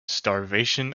starvation